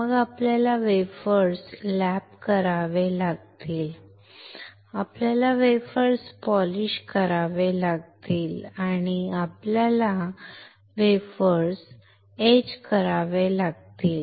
मग आपल्याला wafers lap करावे लागतील आपल्याला वेफर्स पॉलिश करावे लागतील आणि आपल्याला वेफर्स खोदावे लागतील